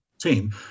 team